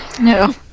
No